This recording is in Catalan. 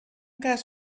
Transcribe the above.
cas